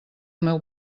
meu